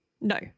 No